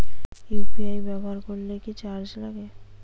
UPI ব্যবহার করলে কি চার্জ লাগে?